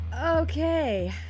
Okay